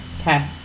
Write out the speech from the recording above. Okay